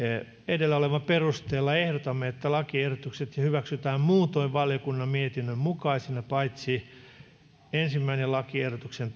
edellä olevan perusteella ehdotamme että lakiehdotukset hyväksytään muutoin valiokunnan mietinnön mukaisena paitsi ensimmäisen lakiehdotuksen